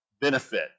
benefit